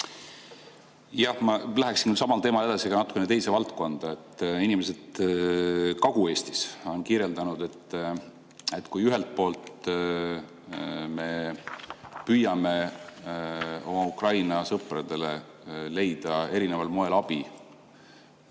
Ma läheksin samal teemal edasi, aga natukene teise valdkonda. Inimesed Kagu-Eestis on kirjeldanud, et ühelt poolt me püüame oma Ukraina sõpradele leida erineval moel abi,